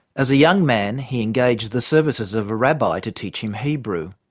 as a young man he engaged the services of a rabbi to teach him hebrew.